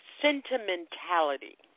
sentimentality